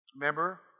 Remember